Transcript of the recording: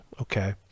okay